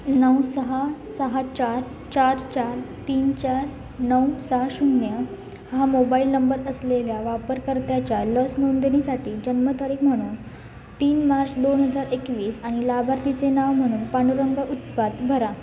नऊ सहा सहा चार चार चार तीन चार नऊ सहा शून्य हा मोबाईल नंबर असलेल्या वापरकर्त्याच्या लस नोंदणीसाठी जन्मतारीख म्हणून तीन मार्च दोन हजार एकवीस आणि लाभार्थीचे नाव म्हणून पांडुरंग उत्पात भरा